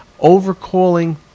overcalling